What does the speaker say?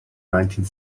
nineteen